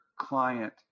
client